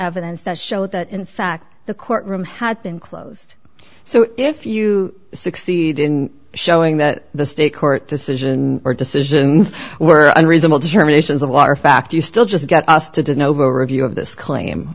evidence to show that in fact the courtroom had been closed so if you succeed in showing that the state court decision or decisions were unreasonable determinations of our fact you still just got us to did novo review of this claim